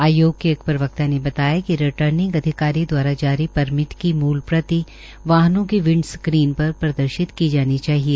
आयोग के एक प्रवक्ता ने बताया कि रिटर्निंग अधिकारी दवारा जारी परमिट की मूल प्रति वाहनों की विंड स्क्रीन पर प्रदर्शित की जानी चाहिए